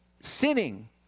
sinning